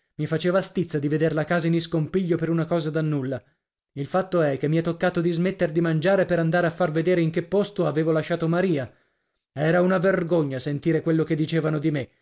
i faceva stizza di veder la casa in iscompiglio per una cosa da nulla il fatto è che mi è toccato di smetter di mangiare per andare a far vedere in che posto avevo lasciato maria era una vergogna sentire quello che dicevano di me